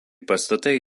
pastatai